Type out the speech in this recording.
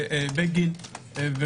ניסיון,